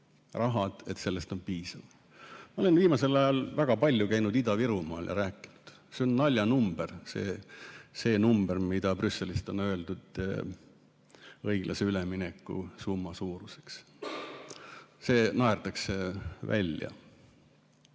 rahast piisab. Ma olen viimasel ajal käinud väga palju Ida‑Virumaal ja rääkinud. See on naljanumber – see number, mis Brüsselis on öeldud õiglase ülemineku summa suuruseks. See naerdakse välja.